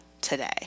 today